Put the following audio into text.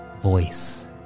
voice